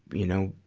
you know,